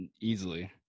Easily